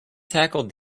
tackled